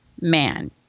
man